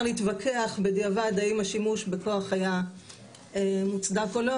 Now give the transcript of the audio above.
להתווכח בדיעבד האם השימוש בכוח היה מוצדק או לא,